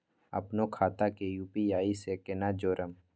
अपनो खाता के यू.पी.आई से केना जोरम?